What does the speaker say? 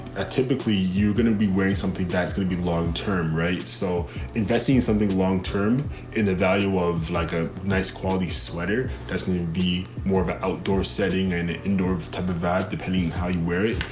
ah, typically you're going to be wearing something that's going to be long term, right? so investing in something longterm in the value of like a nice quality sweater that's going to be more of an outdoor setting and an indoor type of vibe, depending on how you wear it.